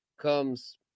comes